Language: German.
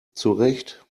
zurecht